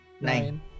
Nine